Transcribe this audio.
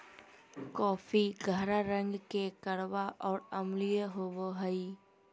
coffee गहरा रंग के कड़वा और अम्लीय होबो हइ